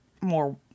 more